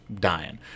dying